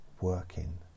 Working